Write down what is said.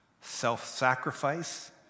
self-sacrifice